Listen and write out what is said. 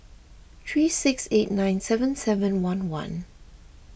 three six eight nine seven seven one one